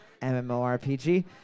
MMORPG